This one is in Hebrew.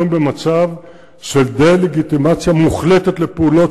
היום במצב של דה-לגיטימציה מוחלטת לפעולות